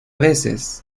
veces